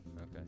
Okay